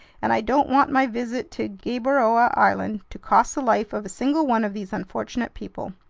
and i don't want my visit to gueboroa island to cost the life of a single one of these unfortunate people!